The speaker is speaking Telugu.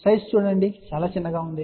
సైజ్ చూడండి చాలా చిన్నదిగా ఉంది